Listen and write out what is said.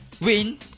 win